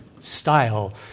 style